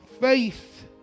Faith